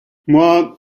moi